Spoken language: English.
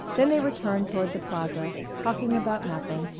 then they returned toward the plaza, talking about nothing,